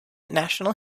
natural